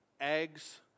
eggs